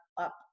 up